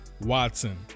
watson